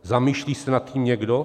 Zamýšlí se nad tím někdo?